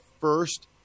first